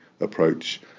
approach